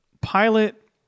pilot